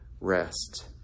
rest